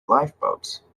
lifeboats